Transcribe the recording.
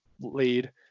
lead